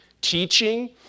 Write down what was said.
teaching